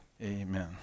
Amen